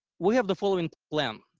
we have the following plan.